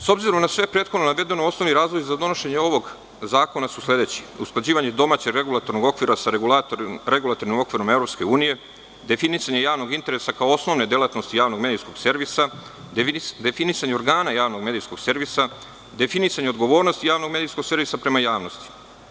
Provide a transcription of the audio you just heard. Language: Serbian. S obzirom na sve prethodno navedeno, osnovni razlozi za donošenje ovog zakona su sledeći – usklađivanje domaćeg regulatornog okvira sa regulatornim okvirom Evropske unije, definisanje javnog interesa kao osnovne delatnosti javnog medijskog servisa, definisanje organa javnog medijskog servisa, definisanje odgovornosti javnog medijskog servisa prema javnosti.